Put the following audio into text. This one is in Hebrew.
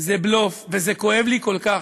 זה בלוף, וזה כואב לי כל כך,